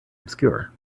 obscure